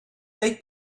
they